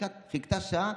חיכתה שעה,